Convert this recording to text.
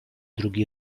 drugi